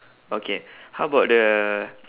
okay how about the